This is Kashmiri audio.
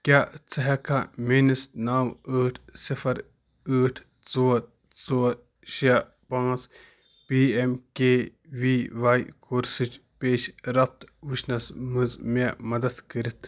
کیٛاہ ژٕ ہیٚکہِ کھا میٛٲنس نَو ٲٹھ صِفر ٲٹھ ژور ژور شےٚ پانٛژھ P M K V Y کورسٕچ پیش رفت وُچھنس منٛز مےٚ مدد کٔرتھ